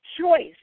choice